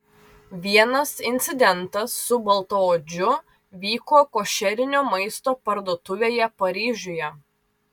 vienas incidentas su baltaodžiu vyko košerinio maisto parduotuvėje paryžiuje